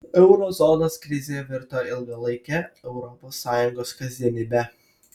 euro zonos krizė virto ilgalaike europos sąjungos kasdienybe